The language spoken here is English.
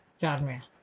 genre